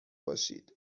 باشید